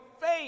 faith